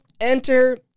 enter